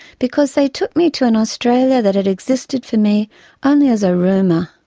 because they took me to an australia that had existed for me only as a rumour.